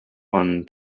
one